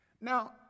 Now